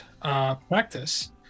practice